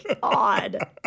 God